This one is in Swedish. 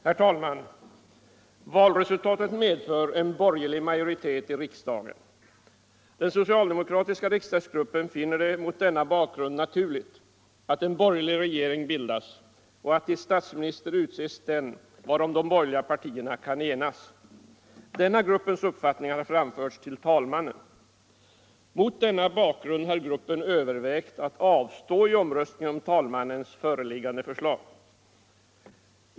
Herr talman! Valresultatet medför en borgerlig majoritet i riksdagen. Den socialdemokratiska riksdagsgruppen finner det mot denna bakgrund naturligt att en borgerlig regering bildas och att till statsminister utses den varom de borgerliga partierna kan enas. Denna gruppens uppfattning har framförts till talmannen. Mot denna bakgrund har gruppen övervägt att avstå i omröstningen om talmannens föreliggande förslag.